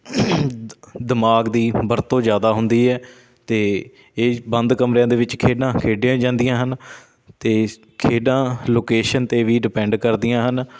ਦਿਮਾਗ਼ ਦੀ ਵਰਤੋਂ ਜ਼ਿਆਦਾ ਹੁੰਦੀ ਹੈ ਅਤੇ ਇਹ ਬੰਦ ਕਮਰਿਆਂ ਦੇ ਵਿੱਚ ਖੇਡਾਂ ਖੇਡੀਆਂ ਜਾਂਦੀਆਂ ਹਨ ਅਤੇ ਖੇਡਾਂ ਲੋਕੇਸ਼ਨ 'ਤੇ ਵੀ ਡੀਪੈਂਡ ਕਰਦੀਆਂ ਹਨ